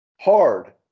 hard